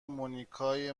مونیکای